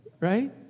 Right